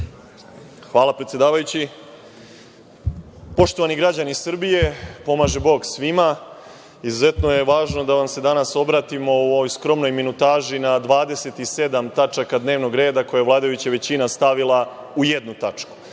Hvala predsedavajući. Poštovani građani Srbije, pomaže Bog svima. Izuzetno je važno da vam se danas obratimo u ovoj skromnoj minutaži na 27. tačaka dnevnog reda, koje je vladajuća većina stavila u jednu tačku.